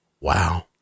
Wow